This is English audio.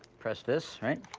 press this, right?